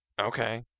Okay